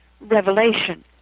revelation